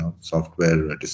software